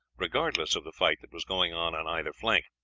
regardless of the fight that was going on on either flank.